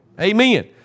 Amen